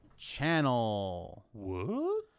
channel